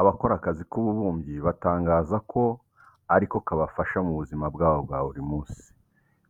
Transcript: Abakora akazi k'ububumbyi batangaza ko ari ko kabafasha mu buzima bwabo bwa buri munsi.